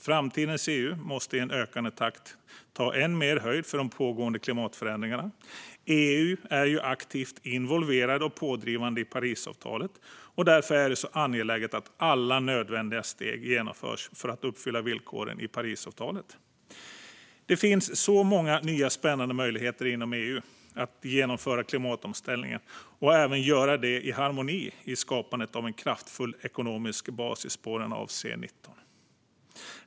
Framtidens EU måste i en ökande takt ta än mer höjd för de pågående klimatförändringarna. EU är ju aktivt involverat och pådrivande i Parisavtalet, och därför är det angeläget att alla nödvändiga steg tas för att uppfylla villkoren i Parisavtalet. Det finns så många nya spännande möjligheter inom EU att genomföra klimatomställningen och även göra det i harmoni i skapandet av en kraftfull ekonomisk bas i spåren av covid-19.